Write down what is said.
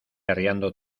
arriando